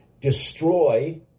destroy